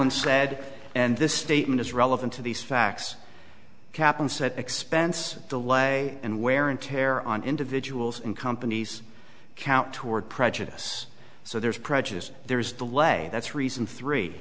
said and this statement is relevant to these facts kaplan said expense delay and wear and tear on individuals and companies count toward prejudice so there's prejudice there is delay that's reason three